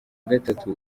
gatatu